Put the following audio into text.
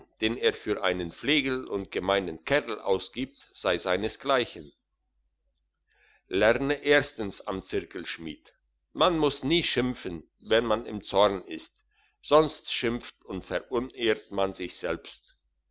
den er für einen flegel und gemeinen kerl ausgibt sei seinesgleichen lerne erstens am zirkelschmied man muss nie schimpfen wenn man im zorn ist sonst schimpft und verunehrt man sich selbst